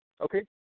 Okay